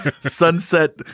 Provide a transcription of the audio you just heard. Sunset